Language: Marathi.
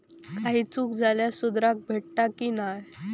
काही चूक झाल्यास सुधारक भेटता की नाय?